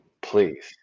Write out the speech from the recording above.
Please